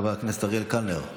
חבר הכנסת אריאל קלנר,